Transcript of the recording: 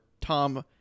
Tom